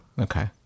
Okay